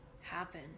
happen